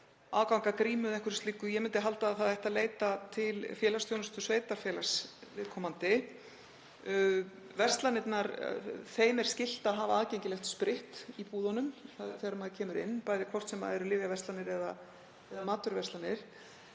aðgang að grímu eða einhverju slíku. Ég myndi halda að það ætti að leita til félagsþjónustu sveitarfélags viðkomandi. Verslunum er skylt að hafa aðgengilegt spritt í búðunum þegar maður kemur inn, hvort sem eru lyfjaverslanir eða matvöruverslanir.